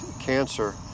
cancer